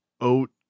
oat